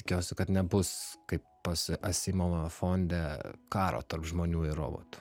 tikiuosi kad nebus kaip pas asimovą fonde karo tarp žmonių ir robotų